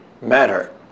matter